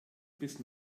bis